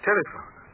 Telephone